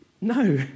No